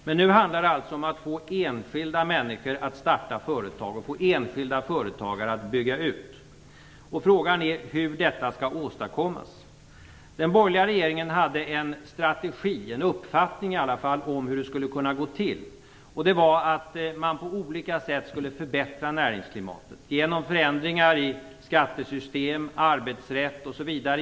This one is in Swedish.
Men nu handlar det alltså om att få enskilda människor att starta företag och få enskilda företagare att bygga ut. Frågan är hur detta skall åstadkommas. Den borgerliga regeringen hade en strategi eller i varje fall en uppfattning om hur det skulle kunna gå till. Man skulle på olika sätt förbättra näringsklimatet genom förändringar i skattesystem, arbetsrätt osv.